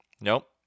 Nope